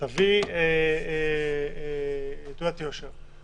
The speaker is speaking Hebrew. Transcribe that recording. להביא תעודת יושר.